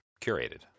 curated